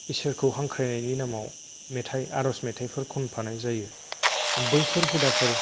इसोरखौ हांख्रायनायनि नामाव मेथाय आरज मेथायफोर खनफानाय जायो बैफोर हुदाफोर